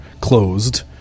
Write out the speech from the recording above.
closed